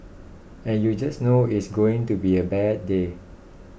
and you just know it's going to be a bad day